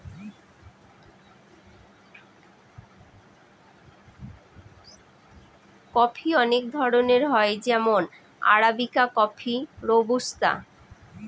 coffee অনেক ধরনের হয় যেমন আরাবিকা কফি, রোবুস্তা